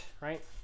right